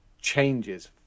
changes